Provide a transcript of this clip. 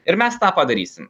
ir mes tą padarysim